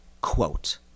quote